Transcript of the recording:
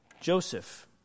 Joseph